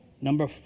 Number